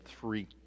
three